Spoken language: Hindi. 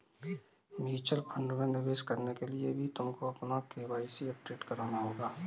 म्यूचुअल फंड में निवेश करने के लिए भी तुमको अपना के.वाई.सी अपडेट कराना होगा